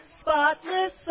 spotless